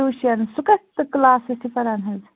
زیُشن سُہ کَتھ کَلاسس چھُ پَران حظ